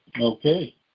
Okay